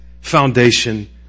foundation